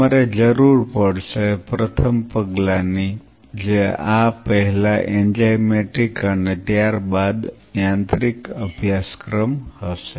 તમારે જરૂર પડશે પ્રથમ પગલાં ની જે આ પહેલા એન્ઝાઇમેટિક અને ત્યારબાદ યાંત્રિક અભ્યાસક્રમ હશે